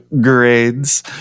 Grades